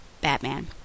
Batman